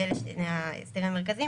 ואלה שני ההסדרים המרכזיים.